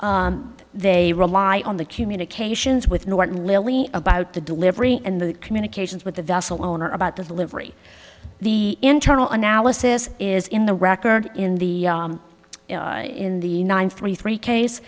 did they rely on the communications with norton lily about the delivery and the communications with the vessel owner about the livery the internal analysis is in the record in the in the nine thirty three case